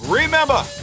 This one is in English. remember